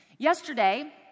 Yesterday